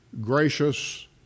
gracious